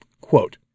Quote